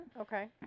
Okay